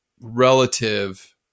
relative